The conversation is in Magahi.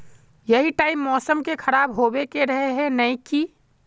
यही टाइम मौसम के खराब होबे के रहे नय की?